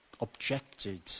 objected